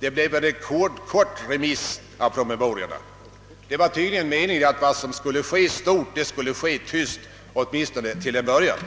Det blev en rekordkort remiss av promemoriorna. Det var tydligen meningen att vad som skulle ske stort skulle ske tyst, åtminstone till en början.